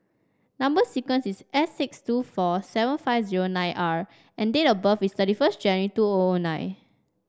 number sequence is S six two four seven five zero nine R and date of birth is thirty first January two O O nine